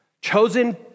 chosen